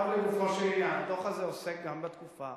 עכשיו לגופו של עניין, הדוח הזה עוסק גם בתקופה